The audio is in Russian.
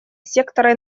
сектора